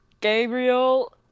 Gabriel